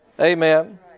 Amen